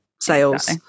sales